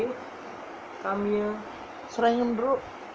serangoon road